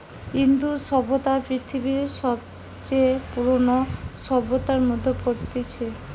ইন্দু সভ্যতা পৃথিবীর সবচে পুরোনো সভ্যতার মধ্যে পড়তিছে